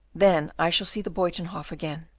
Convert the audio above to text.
then i shall see the buytenhof again,